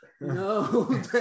No